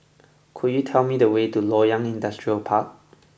could you tell me the way to Loyang Industrial Park